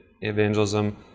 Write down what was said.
Evangelism